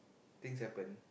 things happen